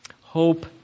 Hope